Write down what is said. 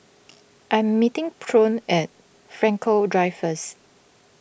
I'm meeting Tyrone at Frankel Drive first